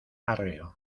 arreo